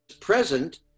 present